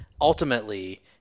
ultimately